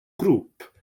grŵp